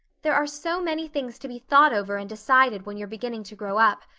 there are so many things to be thought over and decided when you're beginning to grow up.